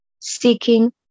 seeking